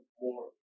more